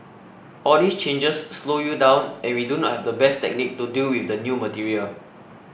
all these changes slow you down and we do not have the best technique to deal with the new material